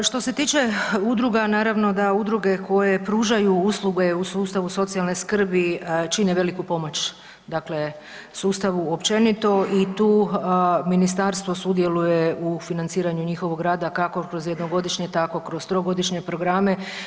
Pa što se tiče udruga, naravno da udruge koje pružaju usluge u sustavu socijalne skrbi čine veliku pomoć, dakle sustavu općenito i tu ministarstvo sudjeluje u financiranju njihovog rada, kako kroz 1-godišnje tako kroz 3-godišnje programe.